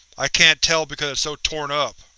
i can't tell because it's so torn-up.